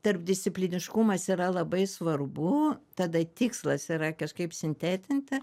tarpdiscipliniškumas yra labai svarbu tada tikslas yra kažkaip sintetinti